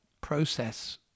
process